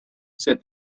said